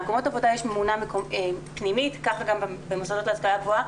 במקומות עבודה יש ממונה פנימית וככה גם במוסדות להשכלה גבוהה.